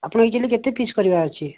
ଆପଣଙ୍କୁ ଆକ୍ଚୁଆଲି କେତେ ପିସ୍ କରିବାର ଅଛି